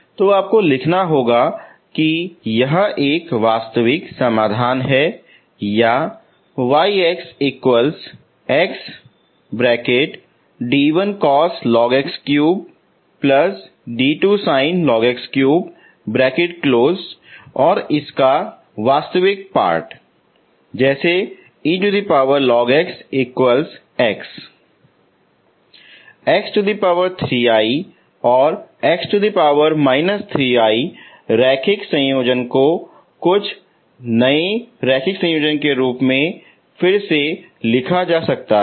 तो आपको लिखना होगा कि यह एक वास्तविक समाधान है x 3i और x 3i रैखिक संयोजन को कुछ नए रैखिक संयोजन के रूप में फिर से लिखा जा सकता है